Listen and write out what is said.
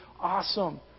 awesome